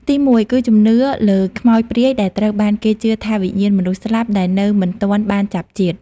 ទីមួយ គឺជំនឿលើខ្មោចព្រាយដែលត្រូវបានគេជឿថាជាវិញ្ញាណមនុស្សស្លាប់ដែលនៅមិនទាន់បានចាប់ជាតិ។